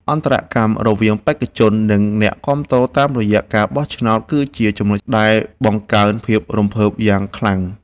អន្តរកម្មរវាងបេក្ខជន និង អ្នកគាំទ្រតាមរយៈការបោះឆ្នោតគឺជាចំណុចដែលបង្កើនភាពរំភើបយ៉ាងខ្លាំង។